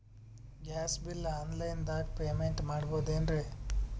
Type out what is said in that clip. Gas bill online ದಾಗ payment ಮಾಡಬೋದೇನ್ರಿ?